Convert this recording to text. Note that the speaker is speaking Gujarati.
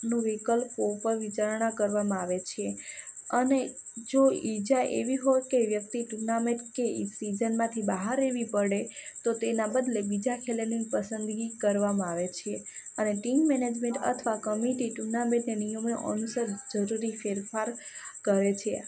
નું વિકલ્પો ઉપર વિચારણા કરવામાં આવે છે અને જો ઇજા એવી હોય કે વ્યક્તિ ટુર્નામેંટ કે સિઝનમાંથી બહાર રહેવી પડે તો તો તેના બદલે બીજા ખેલાડીની પસંદગી કરવામાં આવે છે અને ટીમ મેનેજમેન્ટ અથવા કમિટી ટુર્નામેંટને નિયમો અનુસાર જરૂરી ફેરફાર કરે છે